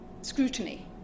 scrutiny